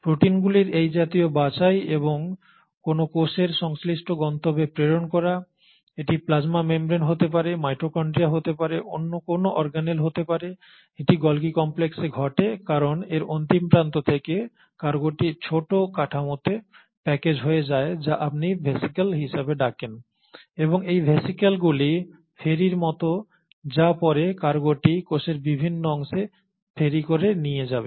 প্রোটিনগুলির এই জাতীয় বাছাই এবং কোন কোষের সংশ্লিষ্ট গন্তব্যে প্রেরণ করা এটি প্লাজমা মেমব্রেন হতে পারে মাইটোকন্ড্রিয়া হতে পারে অন্য কোনও অর্গানেল হতে পারে এটি গোলজি কমপ্লেক্সে ঘটে কারণ এর অন্তিম প্রান্ত থেকে কার্গোটি ছোট কাঠামোতে প্যাকেজ হয়ে যায় যা আপনি ভ্যাসিকল হিসাবে ডাকেন এবং এই ভ্যাসিকলগুলি ফেরির মতো যা পরে কার্গোটি কোষের বিভিন্ন অংশে ফেরি করে নিয়ে যাবে